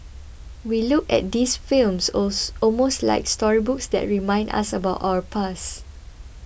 we look at these films almost like storybooks that remind us about our past